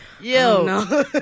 Yo